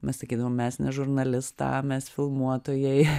mes sakydavom mes ne žurnalistą mes filmuotojai